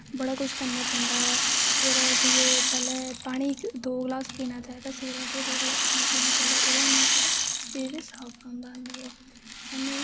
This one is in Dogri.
बड़ा कुश करनै पौंदा ऐ सवेरै उट्ठैयै पैह्लैं पानी दे गलास पीना चाही दा ऐ सवेरै उट्ठैयै पैह्लैं पानी दे गलास पीना चाही दा ओह्दै कन्नै साढ़ा शरीर साफ रौंह्दा साह्नू